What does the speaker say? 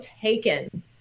taken